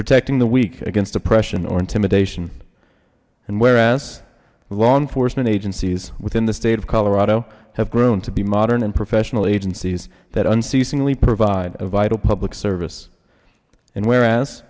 protecting the weak against oppression or intimidation and whereas law enforcement agencies within the state of colorado have grown to be modern and professional agencies that unceasingly provide a vital public service and